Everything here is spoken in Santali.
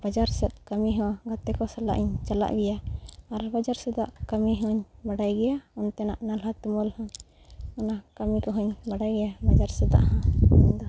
ᱵᱟᱡᱟᱨ ᱥᱮᱫ ᱠᱟᱹᱢᱤ ᱦᱚᱸ ᱜᱟᱛᱮ ᱠᱚ ᱥᱟᱞᱟᱜ ᱤᱧ ᱪᱟᱞᱟᱜ ᱜᱮᱭᱟ ᱟᱨ ᱵᱟᱡᱟᱨ ᱥᱮᱫᱟᱜ ᱠᱟᱹᱢᱤ ᱦᱚᱸᱧ ᱵᱟᱰᱟᱭ ᱜᱮᱭᱟ ᱚᱱᱛᱮᱱᱟᱜ ᱱᱟᱞᱦᱟ ᱛᱩᱢᱟᱹᱞ ᱦᱚᱸᱧ ᱚᱱᱟ ᱠᱟᱹᱢᱤ ᱠᱚᱦᱚᱸᱧ ᱵᱟᱰᱟᱭ ᱜᱮᱭᱟ ᱵᱟᱡᱟᱨ ᱥᱮᱫᱟᱜ ᱦᱚᱸ ᱤᱧ ᱫᱚ